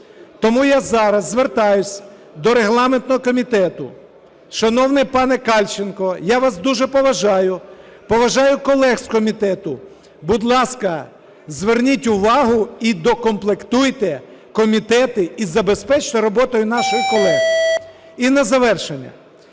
Тому я зараз звертаюсь до регламентного комітету. Шановний пане Кальченко, я вас дуже поважаю, поважаю колег із комітету. Будь ласка, зверніть увагу і доукомплектуйте комітети і забезпечте роботою наших колег. І на завершення.